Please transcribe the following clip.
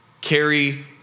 carry